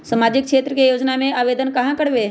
सामाजिक क्षेत्र के योजना में आवेदन कहाँ करवे?